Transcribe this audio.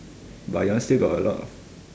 but your one still got a lot of